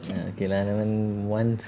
ah okay lah that one once